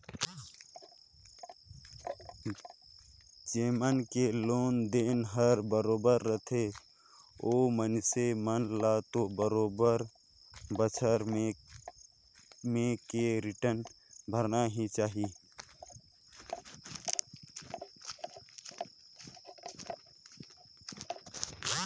जेमन के लोन देन हर बरोबर रथे ओ मइनसे मन ल तो बरोबर बच्छर में के रिटर्न भरना ही चाही